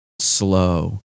slow